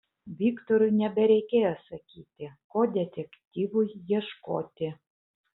viktorui nebereikėjo sakyti ko detektyvui ieškoti